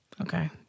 Okay